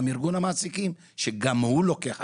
גם הוא לוקח אחריות.